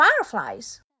fireflies